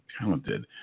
talented